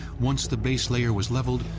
once the base layer was leveled,